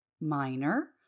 minor